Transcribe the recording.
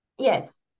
Yes